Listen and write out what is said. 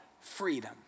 freedom